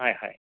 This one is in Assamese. হয় হয়